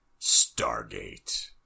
Stargate